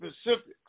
specifics